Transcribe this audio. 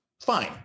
Fine